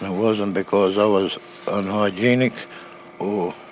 wasn't because i was unhygienic or